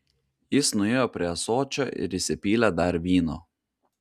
jis nuėjo prie ąsočio ir įsipylė dar vyno